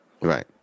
Right